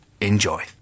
enjoy